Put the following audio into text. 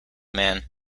man